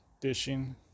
dishing